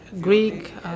Greek